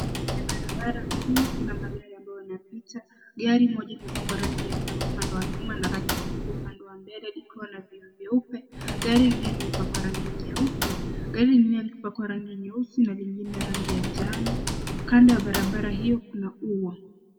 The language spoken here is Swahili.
Ni barabara kuu. Kuna magari ambayo yanapita. Gari moja limepakwa rangi ya njano upande wa nyuma na rangi nyeupe upande wa mbele ikiwa na vioo vyeupe. Gari lingine limepakiwa rangi nyeupe, gari lingine limepakwa rangi nyeusi na lingine rangi ya njano. Kando ya barabara hiyo kuna ua.